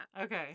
Okay